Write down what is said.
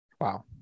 Wow